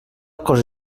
cosa